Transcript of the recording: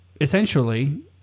essentially